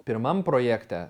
pirmam projekte